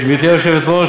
גברתי היושבת-ראש,